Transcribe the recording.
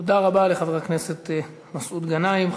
תודה רבה לחבר הכנסת מסעוד גנאים.